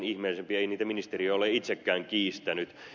ei niitä ministeriö ole itsekään kiistänyt